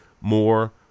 more